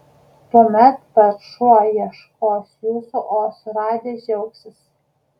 tuomet pats šuo ieškos jūsų o suradęs džiaugsis